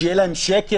שיהיה להם שקט,